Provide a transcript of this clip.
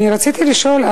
רציתי לשאול,